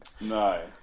No